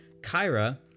Kyra